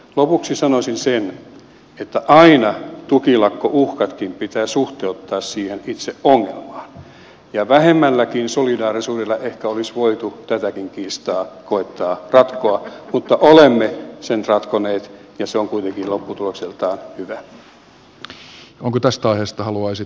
lopuksi sanoisin sen että aina tukilakkouhkatkin pitää suhteuttaa siihen itse ongelmaan ja vähemmälläkin solidaarisuudella ehkä olisi voitu tätäkin kiistaa koettaa ratkoa mutta olemme sen ratkoneet ja se on kuitenkin lopputulokseltaan hyvä